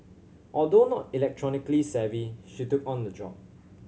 although not electronically savvy she took on the job